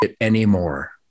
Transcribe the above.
anymore